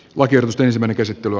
laki edustaisi menettäisi tulo